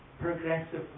progressively